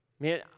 Man